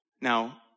Now